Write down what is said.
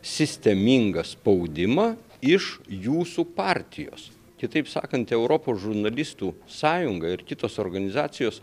sistemingą spaudimą iš jūsų partijos kitaip sakant europos žurnalistų sąjunga ir kitos organizacijos